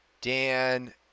Dan